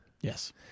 Yes